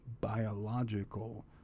biological